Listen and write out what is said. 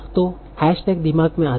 तो hashtag दिमाग में आते हैं